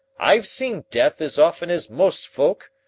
i've seen death as often as most folk,